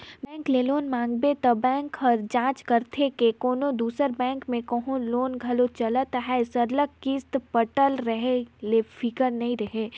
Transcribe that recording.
bank ले loan मांगबे त बेंक ह जांच करथे के कोनो दूसर बेंक में कहों लोन घलो चलत अहे सरलग किस्त पटत रहें ले फिकिर नी रहे